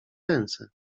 ręce